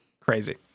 crazy